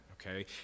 okay